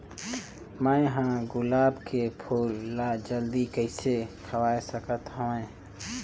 मैं ह गुलाब के फूल ला जल्दी कइसे खवाय सकथ हवे?